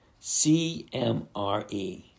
CMRE